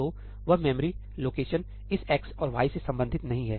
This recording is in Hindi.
तो वह मेमोरी लोकेशन इस x और y से संबंधित नहीं है